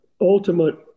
ultimate